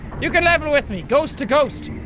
you can level with me, ghost to ghost!